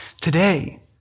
today